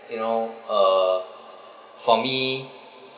you know uh for me